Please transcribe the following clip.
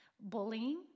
Bullying